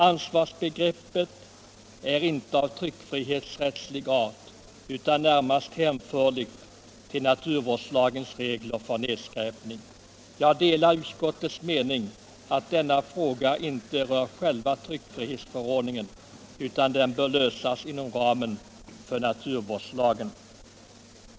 Ansvarsbegreppet är inte av tryckfrihetsrättslig art utan närmast hänförligt till naturvårdslagens regler för nedskräpning. Jag delar utskottets mening att denna fråga inte rör själva tryckfrihetsförordningen utan bör lösas inom ramen för naturvårdslagen.